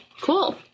Cool